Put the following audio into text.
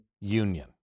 union